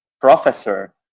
professor